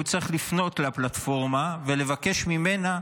הוא צריך לפנות לפלטפורמה ולבקש ממנה